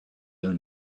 own